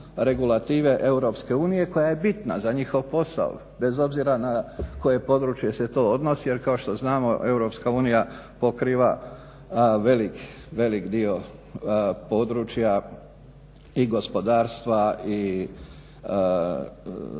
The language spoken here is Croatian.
regulative Europske unije koja je bitna za njihov posao bez obzira na koje područje se to odnosi jer kao što znamo Europska unija pokriva velik dio područja i gospodarstva i